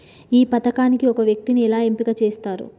ఈ పథకానికి ఒక వ్యక్తిని ఎలా ఎంపిక చేస్తారు?